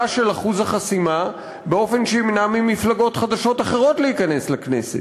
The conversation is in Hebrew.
של אחוז החסימה באופן שימנע ממפלגות חדשות אחרות להיכנס לכנסת,